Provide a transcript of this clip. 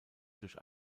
durch